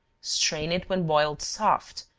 strain it when boiled soft,